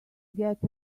get